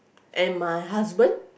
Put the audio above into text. and my husband